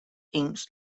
inks